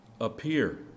appear